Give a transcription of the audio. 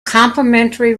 complimentary